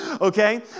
okay